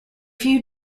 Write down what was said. few